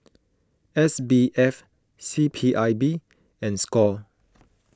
S B F C P I B and Score